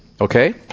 Okay